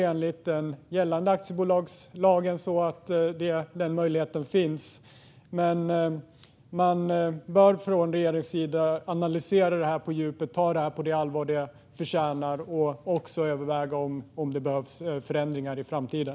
Enligt gällande aktiebolagslag finns den möjligheten, men man bör från regeringens sida analysera detta på djupet och ta det på det allvar det förtjänar - och överväga om det behövs förändringar i framtiden.